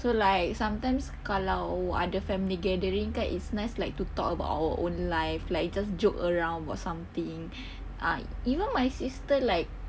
so like sometimes kalau oh ada family gathering kan it's nice like to talk about our own life like just joke around about something ah even my sister like